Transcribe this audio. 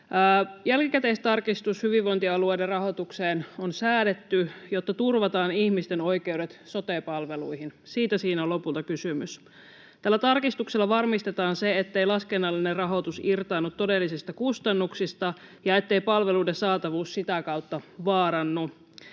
Jälkikäteistarkistus hyvinvointialueiden rahoitukseen on säädetty, jotta turvataan ihmisten oikeudet sote-palveluihin. Siitä siinä on lopulta kysymys. Tällä tarkistuksella varmistetaan se, ettei laskennallinen rahoitus irtaannu todellisista kustannuksista ja ettei palveluiden saatavuus sitä kautta vaarannu.